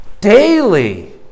daily